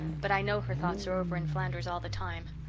but i know her thoughts are over in flanders all the time.